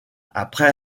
après